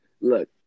Look